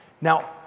Now